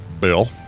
Bill